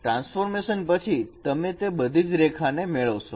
transformation પછી તમે તે બધી જ રેખાઓ ને મેળવશો